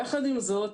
יחד עם זאת,